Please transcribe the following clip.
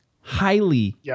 highly